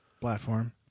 platform